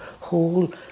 whole